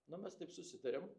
nu mes taip susitarėm